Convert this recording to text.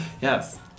Yes